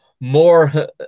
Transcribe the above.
more